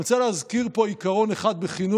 אני רוצה להזכיר פה עיקרון אחד בחינוך